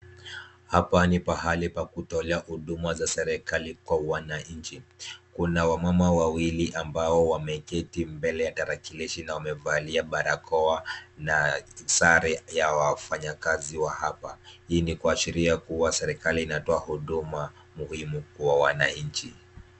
Hapa ni pahali pa kutolea huduma za serikali kwa wananchi. Kuna wamama wawili ambao wameketi mbele ya tarakilishi na wamevalia barakoa na sare ya wafanyakazi wa hapa. Hii ni kuashiria kuwa serikali inatoa huduma muhimu kwa wananchi.